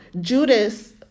Judas